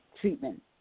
treatment